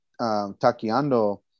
Takiando